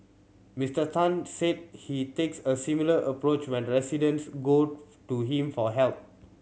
Mister Tan said he takes a similar approach when residents go to him for help